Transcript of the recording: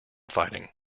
fighting